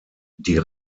die